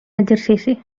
exercici